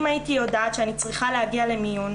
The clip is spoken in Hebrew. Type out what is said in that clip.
אם הייתי יודעת שאני צריכה להגיע למיון,